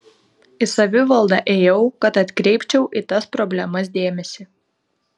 į savivaldą ėjau kad atkreipčiau į tas problemas dėmesį